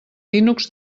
linux